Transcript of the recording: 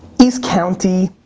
east county,